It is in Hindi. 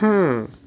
हाँ